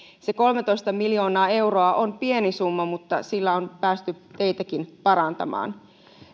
se kolmetoista miljoonaa euroa on pieni summa mutta sillä on päästy teitäkin parantamaan